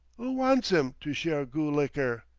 oo wants im to share goo liker?